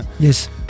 Yes